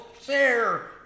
share